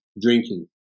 drinking